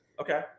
Okay